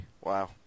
Wow